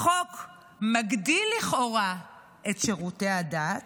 החוק מגדיל לכאורה את שירותי הדת